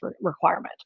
requirement